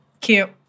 Cute